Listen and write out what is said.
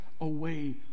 away